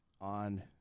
on